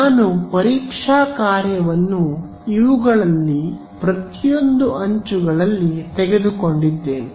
ನಾನು ಪರೀಕ್ಷಾ ಕಾರ್ಯವನ್ನು ಇವುಗಳಲ್ಲಿ ಪ್ರತಿಯೊಂದು ಅಂಚುಗಳಲ್ಲಿ ತೆಗೆದುಕೊಂಡಿದ್ದೇನೆ